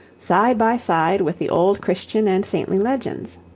side by side with the old christian and saintly legends.